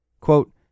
Quote